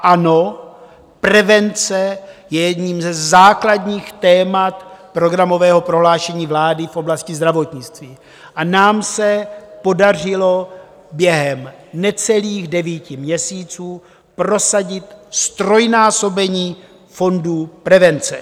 Ano, prevence je jedním ze základních témat programového prohlášení vlády v oblasti zdravotnictví a nám se podařilo během necelých devíti měsíců prosadit ztrojnásobení fondů prevence.